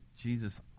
Jesus